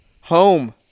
Home